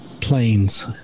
planes